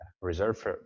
reserved